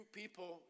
people